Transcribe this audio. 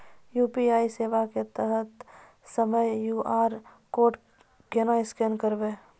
UPI सेवा के तहत हम्मय क्यू.आर कोड केना स्कैन करबै?